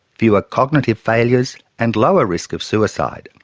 fewer cognitive failures and lower risk of suicide.